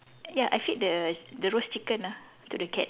ya I feed the the roast chicken ah to the cat